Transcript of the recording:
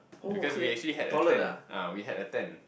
because we actually had a tent ah we had a tent